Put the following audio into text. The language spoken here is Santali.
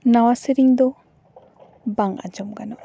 ᱱᱟᱣᱟ ᱥᱮᱨᱮᱧ ᱫᱚ ᱵᱟᱝ ᱟᱡᱚᱢ ᱜᱟᱱᱚᱜᱼᱟ